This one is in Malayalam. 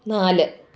നാല്